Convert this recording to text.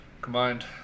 combined